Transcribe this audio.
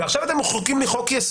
ועכשיו אתם מחוקקים לי חוק-יסוד,